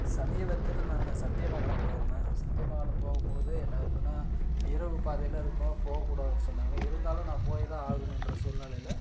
சமீபத்தில் நான் சத்தியமங்கலம் போயிருந்தேன் சத்தியமங்கலம் போகுமோது என்ன ஆகுதுனால் இரவு பாதையில் அது போ போகக்கூடாதுன்னு சொன்னாங்க இருந்தாலும் நான் போய்தான் ஆகணுன்ற சூழ்நிலையில